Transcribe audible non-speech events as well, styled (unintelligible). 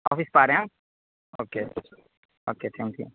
office پہ آ رہیں آپ اوکے (unintelligible) اوکے تھینک یو